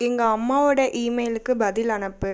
எங்கள் அம்மாவோட ஈமெயிலுக்கு பதில் அனுப்பு